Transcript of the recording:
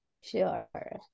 Sure